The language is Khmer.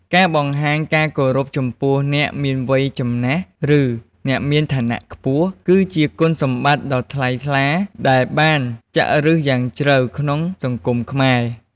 ការបង្ហាញការគោរពចំពោះអ្នកមានវ័យចំណាស់ ឬអ្នកមានឋានៈខ្ពស់ គឺជាគុណសម្បត្តិដ៏ថ្លៃថ្លាដែលបានចាក់ឫសយ៉ាងជ្រៅក្នុងសង្គមខ្មែរ។